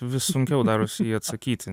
vis sunkiau darosi į jį atsakyti